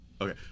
Okay